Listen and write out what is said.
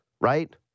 right